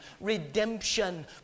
redemption